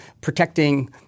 protecting